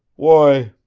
why,